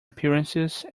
appearances